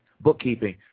bookkeeping